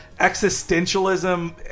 existentialism